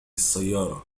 السيارة